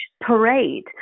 parade